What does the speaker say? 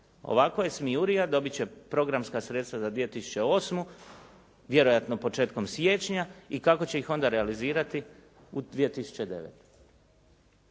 Ovako je smijurija. Dobit će programska sredstva za 2008. vjerojatno početkom siječnja, i kako će ih onda realizirati, u 2009.